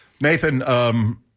Nathan